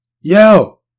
Yo